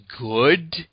good